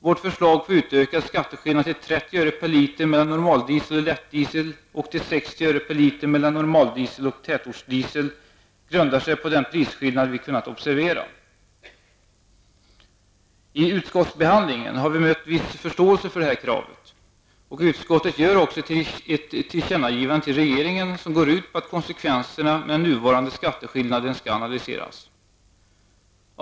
Vårt förslag till utökad skatteskillnad till 30 öre per liter mellan normaldiesel och lättdiesel och till 60 öre per liter mellan normaldiesel och tätortsdiesel grundar sig på den prisskillnad vi kunnat observera. I utskottsbehandlingen har vi mött viss förståelse för detta krav, och utskottet föreslår också riksdagen att göra ett tillkännagivande till regeringen som går ut på att konsekvenserna av den nuvarande skatteskillnaden skall analyseras.